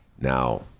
now